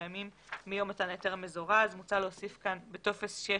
ימים מיום מתן ההיתר המזורז מוצע להוסיף כאן: בטופס 6